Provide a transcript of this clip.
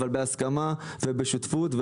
אבל בהסכמה ובשותפות,